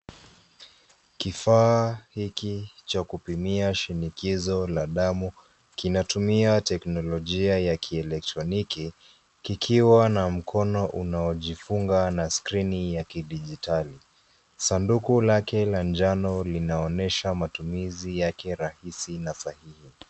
Kifaa hiki cha kupimia shinikizo la damu, kinatumia teknolojia ya kielektroniki kikiwa na mkono unaojifunga na skrini ya kidijitali. Sanduku lake la njano linaonyesha matumizi yake rahisi na sahihi.